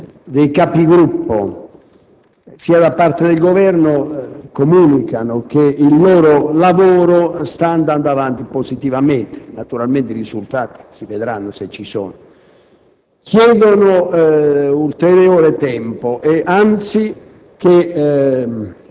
di un confronto positivo. Ora, sia da parte dei Capigruppo, sia da parte del Governo, si comunica che il lavoro sta andando avanti positivamente. Naturalmente i risultati si vedranno, se ci sono.